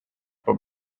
but